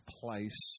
place